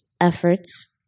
efforts